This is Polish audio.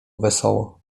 wesoło